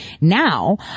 now